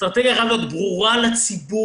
האסטרטגיה חייבת להיות ברורה לציבור,